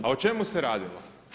A o čemu se radilo?